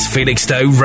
Felixstowe